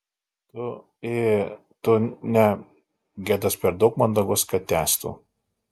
tu ė tu ne gedas per daug mandagus kad tęstų